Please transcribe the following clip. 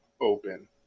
open